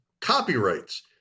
copyrights